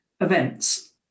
events